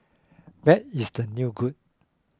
bad is the new good